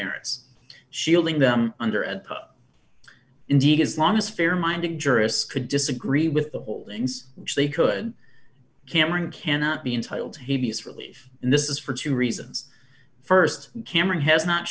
merits shielding them under and indeed as long as fair minded jurists could disagree with the holdings which they could cameron cannot be entitled to have used relief and this is for two reasons st cameron has not